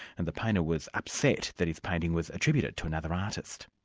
and the painter was upset that his painting was attributed to another artist.